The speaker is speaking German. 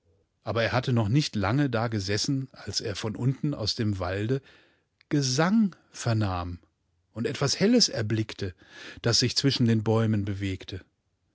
aber er hatte noch nicht lange dagesessen als er von unten aus dem walde gesang vernahm und etwas helles erblickte das sich zwischen den bäumen bewegte